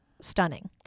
stunning